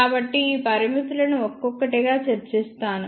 కాబట్టి ఈ పరిమితులను ఒక్కొక్కటిగా చర్చిస్తాను